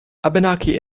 abenaki